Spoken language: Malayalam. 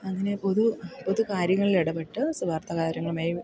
അങ്ങനെ പൊതു പൊതു കാര്യങ്ങളിൽ ഇടപെട്ട് സൊ വാർത്ത കാര്യങ്ങളുമായും